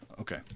Okay